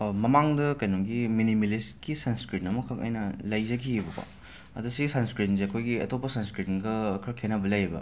ꯃꯃꯥꯡꯗ ꯀꯦꯅꯣꯒꯤ ꯃꯤꯅꯤꯃꯦꯂꯤꯁꯀꯤ ꯁꯟꯁ꯭ꯀ꯭ꯔꯤꯟ ꯑꯃꯈꯛ ꯑꯩꯅ ꯂꯩꯖꯈꯤꯑꯕꯀꯣ ꯑꯗꯣ ꯁꯤꯒꯤ ꯁꯟꯁ꯭ꯀ꯭ꯔꯤꯟꯖꯦ ꯑꯩꯈꯣꯏꯒꯤ ꯑꯇꯣꯞꯄ ꯁꯟꯁ꯭ꯀ꯭ꯔꯤꯟꯒ ꯈꯔ ꯈꯦꯠꯅꯕ ꯂꯩꯌꯦꯕ